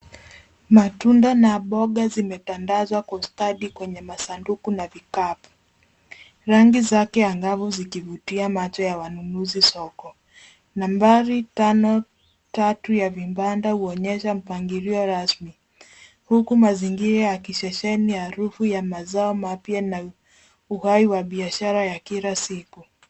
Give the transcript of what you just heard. Matunda na mboga zimetandazwa kwa ustadi kwenye masanduku na vikapu rangi zake angavu zikivutia macho ya wanunuzi soko. Nambari tano tatu ya vibanda huonyesha mpangilio rasmi huku mazingira yakisheheni harufu ya mazao mapya na uhai wa kibiashara ya kila siku.